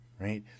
right